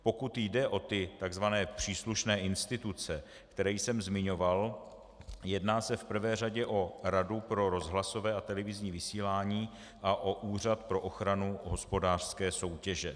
Pokud jde o ty takzvané příslušné instituce, které jsem zmiňoval, jedná se v prvé řadě o Radu pro rozhlasové a televizní vysílání a o Úřad pro ochranu hospodářské soutěže.